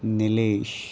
Nilesh